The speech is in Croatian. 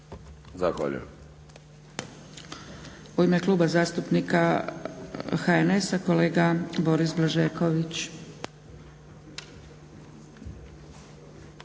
Zahvaljujem.